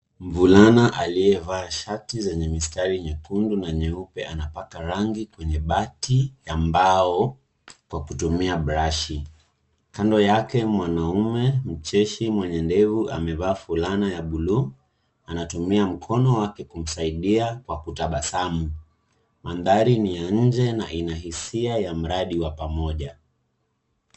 Mvulana aliyevaa shati zenye mistari nyekundu na nyeupe anapaka rangi kwenye bati ya mbao kwa kutumia brashi. Kando yake mwanaume mcheshi mwenye ndevu amevaa fulana ya bluu, anatumia mkono wake kumsaidia kwa kutabasamu. Mandhari ni ya nje na ina hisia ya mradi wa pamoja.